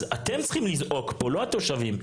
אז אתם צריכים לזעוק פה, לא התושבים.